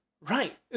Right